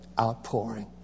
outpouring